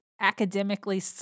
academically